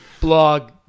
blog